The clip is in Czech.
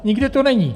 Nikde to není.